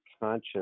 conscious